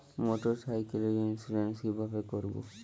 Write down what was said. মোটরসাইকেলের ইন্সুরেন্স কিভাবে করব?